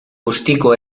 bustiko